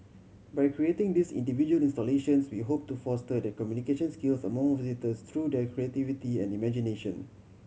by creating these individual installations we hope to foster the communication skills among visitors through their creativity and imagination